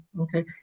okay